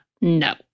no